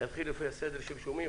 נתחיל לפי הסדר שבו הם רשומים,